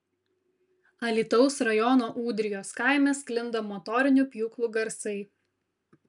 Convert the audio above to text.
alytaus rajono ūdrijos kaime sklinda motorinių pjūklų garsai